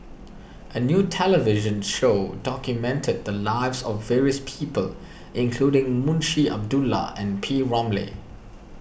a new television show documented the lives of various people including Munshi Abdullah and P Ramlee